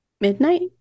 midnight